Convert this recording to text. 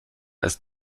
ist